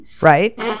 right